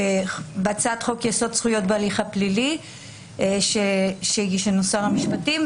בהצעת חוק יסוד: זכויות בהליך הפלילי שהגיש לנו שר המשפטים.